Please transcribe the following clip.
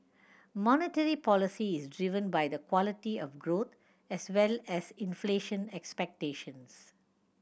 monetary policy is driven by the quality of growth as well as inflation expectations